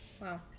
wow